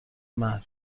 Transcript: مرگ